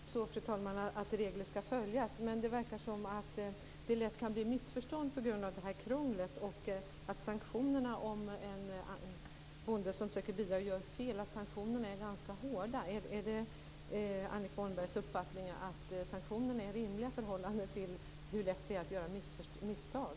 Fru talman! Självklart är det så att regler skall följas. Men det verkar som om det lätt kan bli missförstånd på grund av det här krånglet. Om en bonde gör fel är dessutom sanktionerna ganska hårda. Är det Annika Åhnbergs uppfattning att sanktionerna är rimliga i förhållande till hur lätt det är att göra misstag?